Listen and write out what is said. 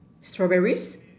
strawberries